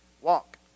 Walk